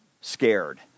scared